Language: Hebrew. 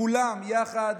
כולם יחד